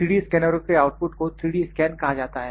3D स्कैनरों के output को 3D स्कैन कहा जाता है